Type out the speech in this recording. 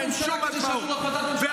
שאני מגן על הנגב